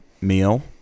meal